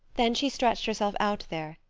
then she stretched herself out there,